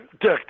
Dick